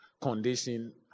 condition